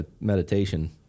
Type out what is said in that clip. meditation